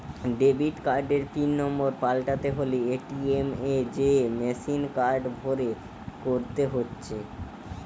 debit কার্ডের pin number পাল্টাতে হলে এ.টি.এম এ যেয়ে মেসিনে কার্ড ভরে করতে হচ্ছে